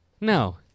No